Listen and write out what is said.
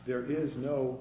there is no